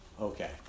Okay